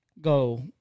go